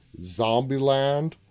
Zombieland